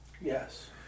Yes